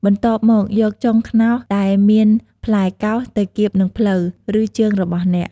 បន្ទាប់មក យកចុងខ្នោសដែលមានផ្លែកោស ទៅគៀបនឹងភ្លៅ ឬជើងរបស់អ្នក។